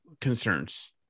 concerns